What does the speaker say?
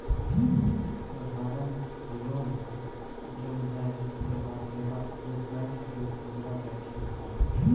साधारण लोग ला जौन बैंक सेवा देला उ बैंक के खुदरा बैंकिंग कहाला